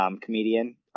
comedian